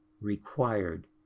required